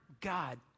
God